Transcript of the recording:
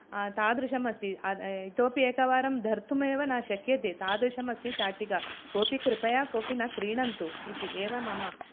आ तादृशमस्ति इतोऽपि एकवारं धर्तुमेव न शक्यते तादृश्मस्ति शाटिका कोऽपि कृपया कोऽपि न क्रीणन्तु इति एव मम